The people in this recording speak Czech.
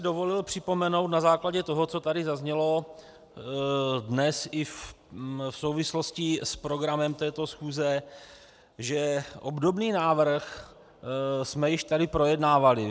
Dovolil bych si připomenout na základě toho, co tady zaznělo dnes i v souvislosti s programem této schůze, že obdobný návrh jsme již tady projednávali.